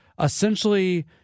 essentially